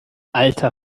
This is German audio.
alter